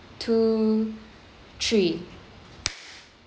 two three